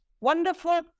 Wonderful